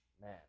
Man